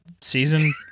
season